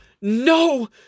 No